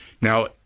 Now